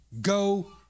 go